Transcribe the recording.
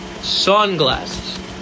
Sunglasses